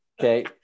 Okay